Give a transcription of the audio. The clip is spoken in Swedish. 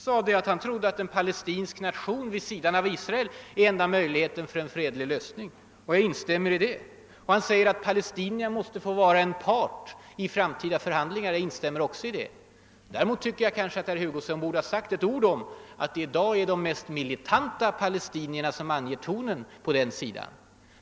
Han sade att han trodde att en palestinsk nation vid sidan av Israel var enda möjligheten att uppnå en fredlig lösning. Jag instämmer i det. Han säger att palestinierna på något sätt bör få vara en part i framtida för handlingar, :och jag instämmer också här. Däremot tycker jag nog att herr Hugosson borde ha sagt ett ord om att det i dag är de mest militanta palestiniefrna som anger tonen på den sidan.